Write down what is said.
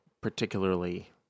Particularly